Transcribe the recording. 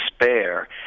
despair